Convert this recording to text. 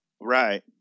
Right